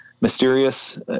mysterious